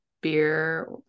beer